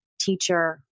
teacher